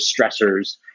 stressors